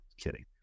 kidding